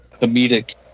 comedic